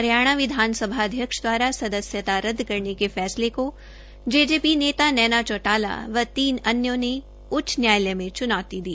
हरियाणा विधानसभा अध्यक्ष द्वारा सदस्यता रद्द करने के फैसले के जेजेपी नेता नैना चौटाला व तीन अन्य ने उच्च न्यायालय में चूनौती दी